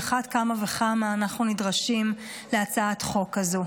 על אחת כמה וכמה אנחנו נדרשים להצעת חוק כזאת.